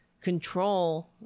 control